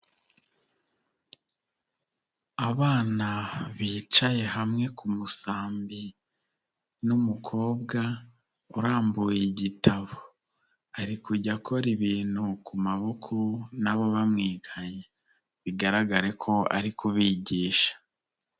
Abana bicaye hamwe ku musambi n'umukobwa urambuye igitabo ari kujya akora ibintu ku maboko na bo bamwiganye bigaragare ko ari kubigisha.